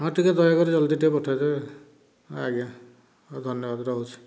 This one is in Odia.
ଆଉ ଟିକିଏ ଦୟାକରି ଜଲ୍ଦି ଟିକିଏ ପଠାଇଦେବେ ଆଉ ଆଜ୍ଞା ହେଉ ଧନ୍ୟବାଦ ରହୁଛି